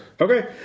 Okay